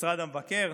במשרד המבקר,